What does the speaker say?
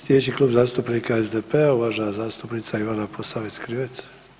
Sljedeći klub zastupnika je SDP-a i uvažena zastupnica Ivana Posavec Krivec.